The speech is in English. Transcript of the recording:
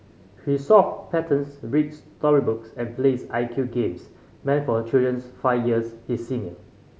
he solve patterns reads story books and plays I Q games meant for children's five years his senior